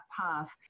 path